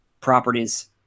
properties